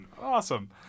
Awesome